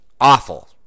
Awful